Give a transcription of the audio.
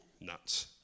Nuts